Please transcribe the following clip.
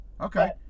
Okay